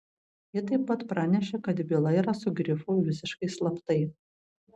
ji taip pat pranešė kad byla yra su grifu visiškai slaptai